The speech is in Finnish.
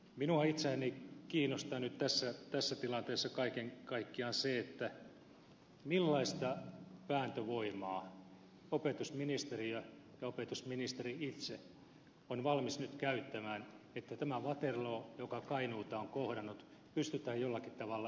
minua itseäni kiinnostaa nyt tässä tilanteessa kaiken kaikkiaan se millaista vääntövoimaa opetusministeriö ja opetusministeri itse on valmis nyt käyttämään että tämä waterloo joka kainuuta on kohdannut pystytään jollakin tavalla eliminoimaan mahdollisimman hyvin